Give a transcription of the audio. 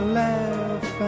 laugh